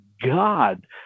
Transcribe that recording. God